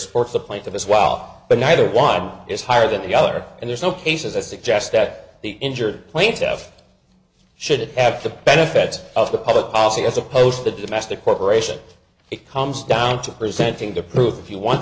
sports the point of as well but neither one is higher than the other and there's no cases i suggest that the injured plaintiff should have the benefit of the public policy as opposed to domestic cooperation it comes down to presenting to prove if you want